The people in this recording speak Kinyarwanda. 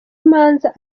imanza